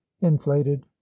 inflated